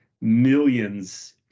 millions